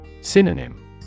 Synonym